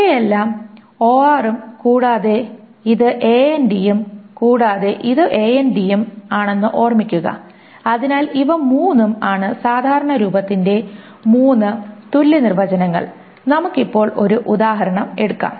ഇവയെല്ലാം OR ഉം കൂടാതെ ഇത് AND ഉം കൂടാതെ ഇതും AND ഉം ആണെന്ന് ഓർമ്മിക്കുക അതിനാൽ ഇവ 3 ഉം ആണ് സാധാരണ രൂപത്തിന്റെ മൂന്ന് തുല്യ നിർവചനങ്ങൾ നമുക്ക് ഇപ്പോൾ ഒരു ഉദാഹരണം എടുക്കാം